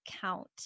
count